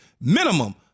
minimum